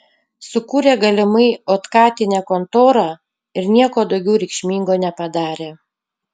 sukūrė galimai otkatinę kontorą ir nieko daugiau reikšmingo nepadarė